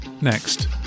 next